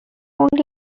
only